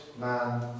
man